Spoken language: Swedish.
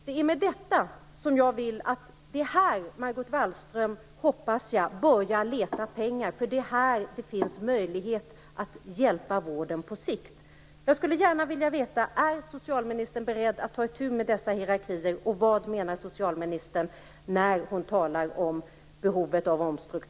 Det är här jag hoppas att Margot Wallström börjar leta pengar, för det är här det finns möjlighet att hjälpa vården på sikt.